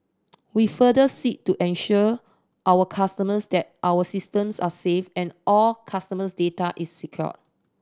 we further seek to assure our customers that our systems are safe and all customers data is secure